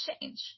change